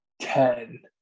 Ten